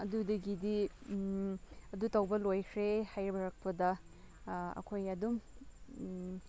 ꯑꯗꯨꯗꯒꯤꯗꯤ ꯑꯗꯨ ꯇꯧꯕ ꯂꯣꯏꯈ꯭ꯔꯦ ꯍꯥꯏꯔꯛꯄꯗ ꯑꯩꯈꯣꯏ ꯑꯗꯨꯝ